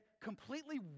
completely